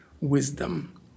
wisdom